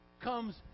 comes